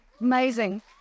Amazing